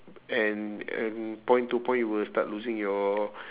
and and point to point you will start losing your